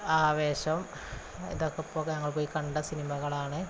ആവേശം ഇതൊക്കെ പോകെ ഞങ്ങള് പോയിക്കണ്ട സിനിമകളാണ്